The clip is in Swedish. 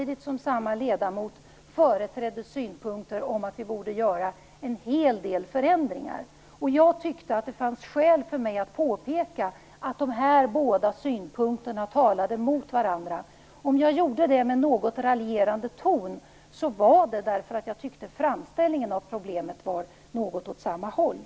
Den ledamot jag tänker på företrädde synpunkter när det gällde en hel del förändringar som vi borde göra. Jag tyckte att det fanns skäl för mig att påpeka att de båda synpunkterna motsade varandra. Om jag gjorde det i en något raljerande ton berodde det på att jag tyckte att framställningen av problemet i viss mån gick åt samma håll.